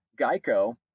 Geico